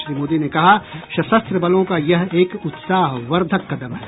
श्री मोदी ने कहा सशस्त्र बलों का यह एक उत्साहवर्द्वक कदम है